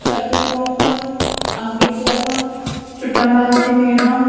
Shakeel Mohammad Ankit Sharma Chhuttan Lal ji Meena